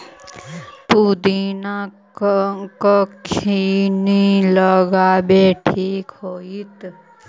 पुदिना कखिनी लगावेला ठिक होतइ?